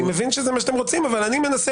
אני מבין שזה מה שאתם רוצים אבל אני מנסה